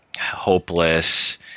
hopeless